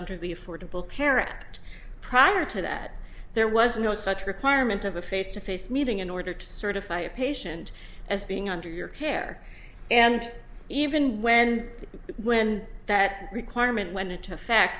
under the affordable care act prior to that there was no such requirement of a face to face meeting in order to certify a patient as being under your care and even when the when that requirement went into effect